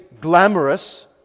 glamorous